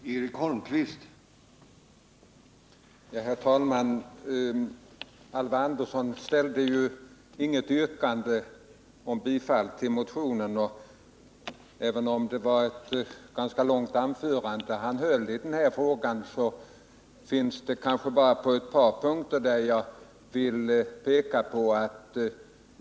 Herr talman! Alvar Andersson framställde, trots att han höll ett ganska långt anförande, inget yrkande om bifall till motionen 1783, som han och några andra ledamöter väckt. Det är bara ett par punkter i anförandet som jag vill ta upp.